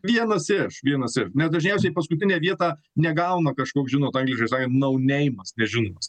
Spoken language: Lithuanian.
vienas iš vienas iš nes dažniausiai paskutinę vietą negauna kažkoks žinot angliškai sakant nou neimas nežinomas